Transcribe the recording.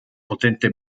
potente